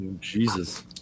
Jesus